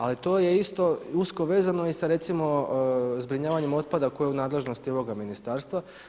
Ali to je isto usko vezano i sa recimo zbrinjavanjem otpada koje je u nadležnosti ovoga ministarstva.